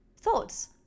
thoughts